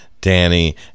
danny